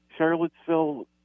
Charlottesville